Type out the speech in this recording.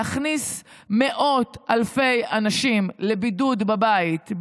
להכניס מאות אלפי אנשים לבידוד בבית,